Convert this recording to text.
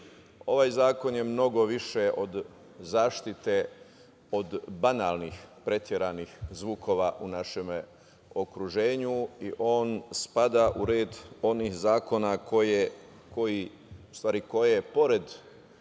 ovaj zakon je mnogo više od zaštite od banalnih, preteranih zvukova u našem okruženju i on spada u red onih zakona koji, pored